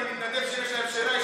אני מתנדב שאם יש להם שאלה,